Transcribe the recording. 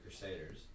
crusaders